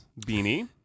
beanie